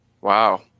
Wow